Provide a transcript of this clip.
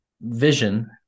vision